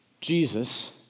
Jesus